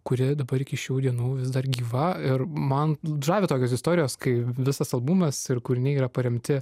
kuri dabar iki šių dienų vis dar gyva ir man žavi tokios istorijos kai visas albumas ir kūriniai yra paremti